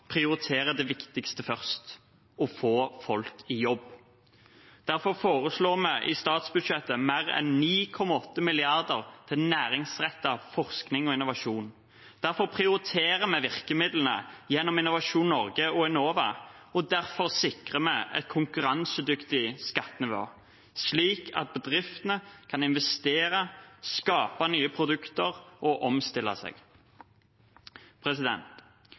prioritere det viktigste først: å få folk i jobb. Derfor foreslår vi i statsbudsjettet mer enn 9,8 mrd. kr til næringsrettet forskning og innovasjon. Derfor prioriterer vi virkemidlene gjennom Innovasjon Norge og Enova, og derfor sikrer vi et konkurransedyktig skattenivå, slik at bedriftene kan investere, skape nye produkter og omstille seg.